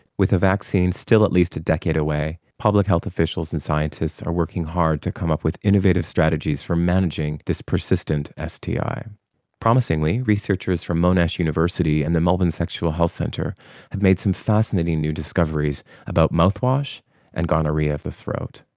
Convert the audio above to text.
with a vaccine still at least a decade away, public health officials and scientists are working hard to come up with innovative strategies for managing this persistent sti. promisingly, researchers from monash university and the melbourne sexual health centre have made some fascinating new discoveries about mouthwash and gonorrhoea of the throat.